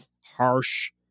harsh